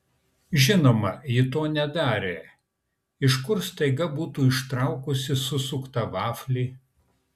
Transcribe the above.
žinoma ji to nedarė iš kur staiga būtų ištraukusi susuktą vaflį